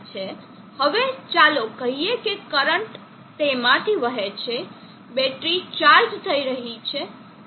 હવે ચાલો કહીએ કે કરંટ તેમાંથી વહે છે બેટરી ચાર્જ થઈ રહી છે